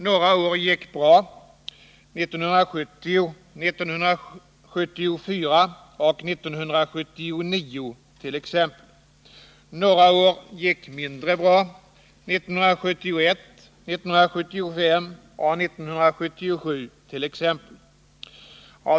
Några år gick bra, 1970, 1974 och 1979 t.ex. Några år gick mindre bra, 1971, 1975 och 1977 t.ex.